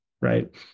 right